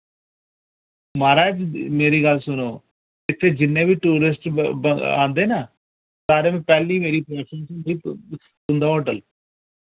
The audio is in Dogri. माराज मेरी गल्ल सुनो इत्थे जिन्ने वि टूरिस्ट ब ब आंदे ना सारे में पैह्ली बारी तुंदे होटल